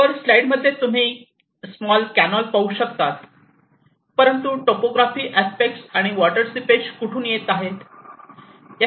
वर स्लाईड मध्ये तुम्ही स्मॉल कॅनॉल पाहू शकता परंतु टोपोग्राफी अस्पेक्ट आणि वॉटर सीपेज कुठून येत आहे